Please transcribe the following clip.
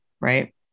right